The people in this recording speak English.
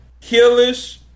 killish